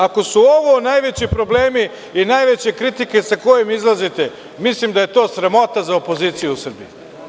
Ako su ovo najveći problemi i najveće kritike sa kojima izlazite, misli da je to sramota za opoziciju u Srbiji.